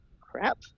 crap